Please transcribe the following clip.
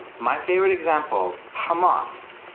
my favorite example, hamas.